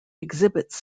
exhibits